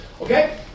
Okay